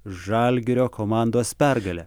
žalgirio komandos pergale